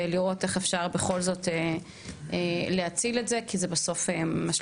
ולראות איך אפשר בכל זאת להציל את זה כי זה בכל זאת משליך.